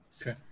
Okay